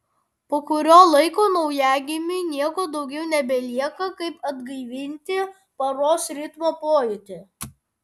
po kurio laiko naujagimiui nieko daugiau nebelieka kaip atgaivinti paros ritmo pojūtį